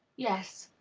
yes.